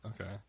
Okay